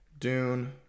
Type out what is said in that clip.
Dune